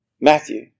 Matthew